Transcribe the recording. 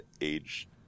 age